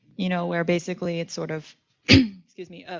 you know, where basically it's sort of excuse me,